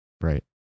right